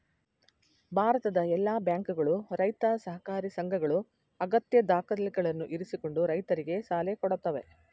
ಭಾರತದ ಎಲ್ಲಾ ಬ್ಯಾಂಕುಗಳು, ರೈತ ಸಹಕಾರಿ ಸಂಘಗಳು ಅಗತ್ಯ ದಾಖಲೆಗಳನ್ನು ಇರಿಸಿಕೊಂಡು ರೈತರಿಗೆ ಸಾಲ ಕೊಡತ್ತವೆ